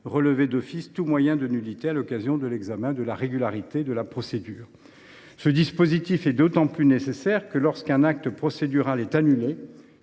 relever d’office tout moyen de nullité à l’occasion de l’examen de la régularité de la procédure. Ce dispositif est d’autant plus nécessaire que, lorsqu’un acte procédural est annulé,